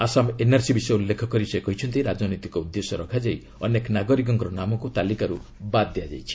Assam NRC ବିଷୟ ଉଲ୍ଲେଖ କରି ସେ କହିଛନ୍ତି ରାଜନୈତିକ ଉଦ୍ଦେଶ୍ୟ ରଖାଯାଇ ଅନେକ ନାଗରିକଙ୍କର ନାମକୁ ତାଲିକାରୁ ବାଦ୍ ଦିଆଯାଇଛି